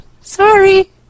Sorry